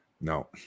No